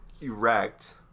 erect